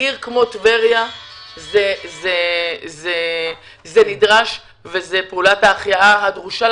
לעיר כמו טבריה זה נדרש וזאת פעולת ההחייאה הדרושה